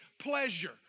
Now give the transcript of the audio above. pleasure